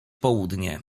południe